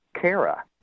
Kara